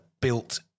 built